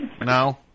No